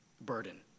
burden